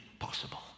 impossible